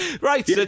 Right